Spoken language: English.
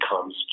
comes